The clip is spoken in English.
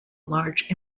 large